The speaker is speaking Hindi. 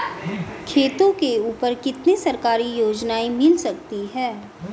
खेतों के ऊपर कितनी सरकारी योजनाएं मिल सकती हैं?